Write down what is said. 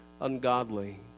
ungodly